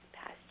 past